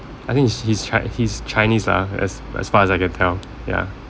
I think he's he's chi~ he's chinese lah as as far as I can tell ya